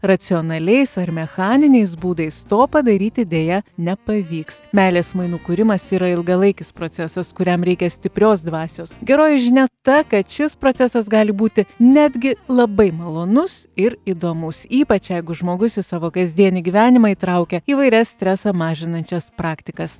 racionaliais ar mechaniniais būdais to padaryti deja nepavyks meilės mainų kūrimas yra ilgalaikis procesas kuriam reikia stiprios dvasios geroji žinia ta kad šis procesas gali būti netgi labai malonus ir įdomus ypač jeigu žmogus į savo kasdienį gyvenimą įtraukia įvairias stresą mažinančias praktikas